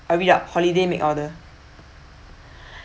uh read up holiday make order